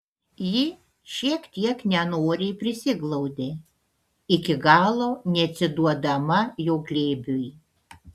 ji šiek tiek nenoriai prisiglaudė iki galo neatsiduodama jo glėbiui